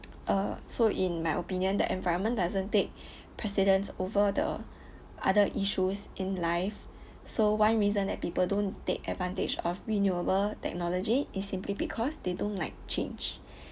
uh so in my opinion the environment doesn't take precedence over the other issues in life so one reason that people don't take advantage of renewable technology is simply because they don't like change